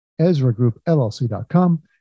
ezragroupllc.com